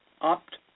opt